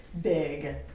big